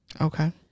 Okay